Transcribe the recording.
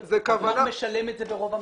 הגמ"ח משלם את זה ברוב המקרים.